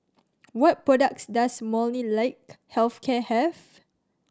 what products does Molnylcke Health Care have